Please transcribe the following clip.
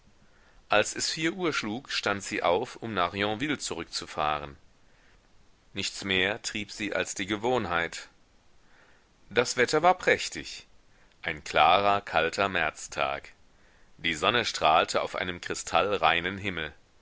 als es vier uhr schlug stand sie auf um nach yonville zurückzufahren nichts mehr trieb sie als die gewohnheit das wetter war prächtig ein klarer kalter märztag die sonne strahlte auf einem kristallreinen himmel